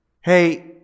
hey